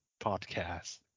podcast